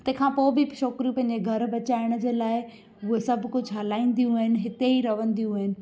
तंहिं खां पोइ बि छोकिरियूं पंहिंजे घरु बचाइण जे लाइ हूअ सभु कुझु हलाईंदियूं आहिनि हिते ई रहंदियूं आहिनि